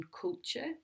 culture